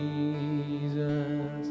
Jesus